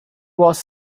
was